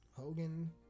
Hogan